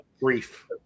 brief